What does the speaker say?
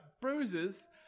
bruises